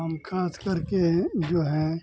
हम ख़ास करके जो है